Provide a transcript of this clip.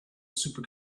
super